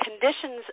conditions